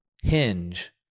hinge